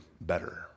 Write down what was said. better